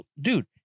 dude